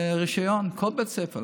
ברישיון, כל בית ספר.